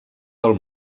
del